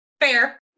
Fair